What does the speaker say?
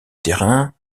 terrain